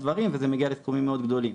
דברים וזה מגיע לסכומים מאוד גדולים.